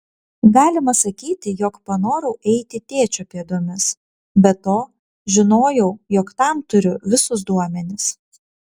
galima sakyti jog panorau eiti tėčio pėdomis be to žinojau jog tam turiu visus duomenis